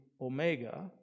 Omega